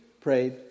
prayed